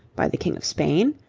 by the king of spain,